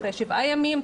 אחרי שבעה ימים.